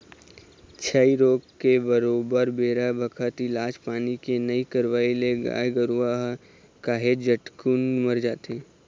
छई रोग के बरोबर बेरा बखत इलाज पानी के नइ करवई ले गाय गरुवा ह काहेच झटकुन मर जाथे